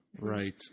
right